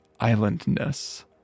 islandness